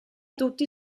tutti